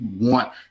want